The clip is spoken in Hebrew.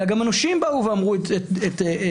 אלא גם הנושים באו ואמרו את דעתם,